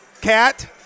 CAT